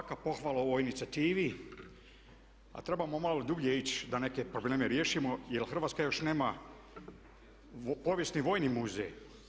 Svaka pohvala ovoj inicijativi a trebamo malo dublje ići da neke probleme riješimo jer Hrvatska još nema povijesni vojni muzej.